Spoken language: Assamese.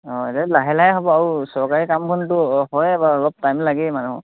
অঁ এনেই লাহে লাহে হ'ব আৰু চৰকাৰী কাম বনটো হয়য়ে বাৰু অলপ টাইম লাগেই মানুহৰ